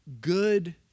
good